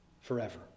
forever